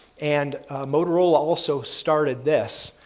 and motorola also started this,